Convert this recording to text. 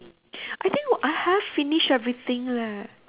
I think I have finished everything leh